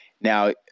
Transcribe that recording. Now